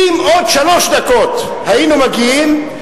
אם עוד שלוש דקות היינו מגיעים,